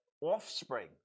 offspring